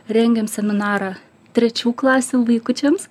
rengėm seminarą trečių klasių vaikučiams